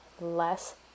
less